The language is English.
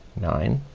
nine,